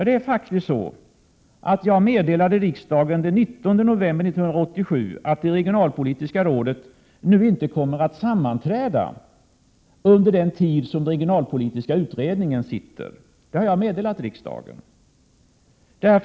Det är faktiskt så att jag den 19 november 1987 meddelade riksdagen att det regionalpolitiska rådet inte skulle komma att sammanträda under den tid som den regionalpolitiska utredningen arbetade. Detta har jag alltså meddelat riksdagen.